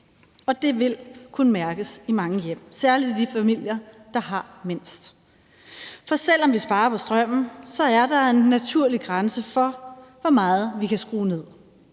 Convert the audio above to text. og det vil kunne mærkes i mange hjem, særlig i de familier, der har mindst. For selv om vi sparer på strømmen, er der en naturlig grænse for, hvor meget vi kan skrue ned.